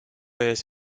ees